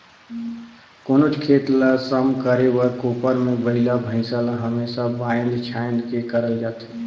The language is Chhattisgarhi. कोनोच खेत ल सम करे बर कोपर मे बइला भइसा ल हमेसा बाएध छाएद के करल जाथे